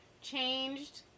changed